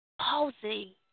pausing